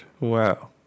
Wow